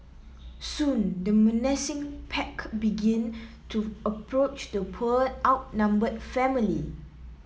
soon the menacing pack began to approach the poor outnumbered family